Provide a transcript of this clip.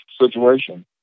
situation